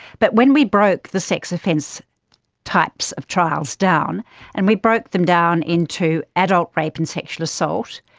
but when we broke the sex offence types of trials down and we broke them down into adult rape and sexual assault,